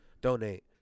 donate